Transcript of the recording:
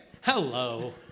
Hello